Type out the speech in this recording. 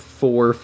four